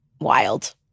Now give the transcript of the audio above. wild